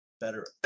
better